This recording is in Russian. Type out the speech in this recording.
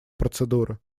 процедуры